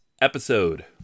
episode